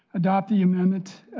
adopt the amendment,